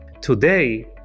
Today